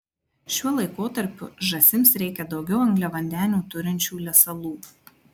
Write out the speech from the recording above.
šiuo laikotarpiu žąsims reikia daugiau angliavandenių turinčių lesalų